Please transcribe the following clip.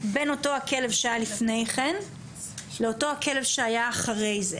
בין אותו הכלב שהיה לפני כן לאותו הכלב שהיה אחרי זה,